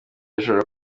bishobora